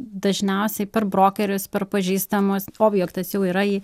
dažniausiai per brokerius per pažįstamus objektas jau yra į